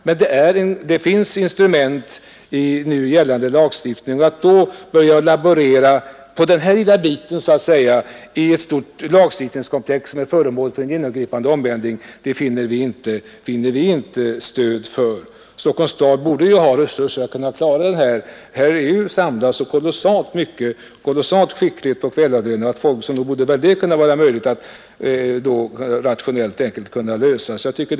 Men det finns instrument i nu gällande lagstiftning som gör det möjligt att ingripa däremot och att då börja laborera på det här begränsade avsnittet av ett stort lagstiftningskomplex, som är föremal för en genomgripande omarbetning, finner vi inte stöd för. Stockholms stad borde ha resurser att klara saken. Här finns ju samlat så kolossalt skickligt och väl avlönat folk att nog borde det vara möjligt att rationellt och enkelt lösa frågan.